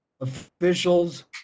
officials